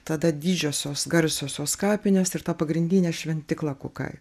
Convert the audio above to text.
tada didžiosios garsiosios kapinės ir tą pagrindinę šventykla kukai